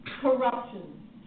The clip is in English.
corruption